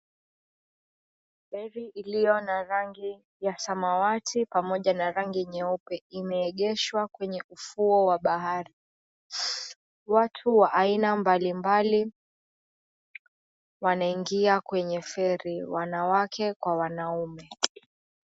Feri ilio na rangi ya samawati pamoja na rangi nyeupe imeegeshwa kwenye ufuo wa bahari. Watu wa aina mbalimbali wanaingia kwenye feri wanawake kwa wanaume.